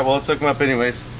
um let's hook them up anyways